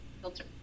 filter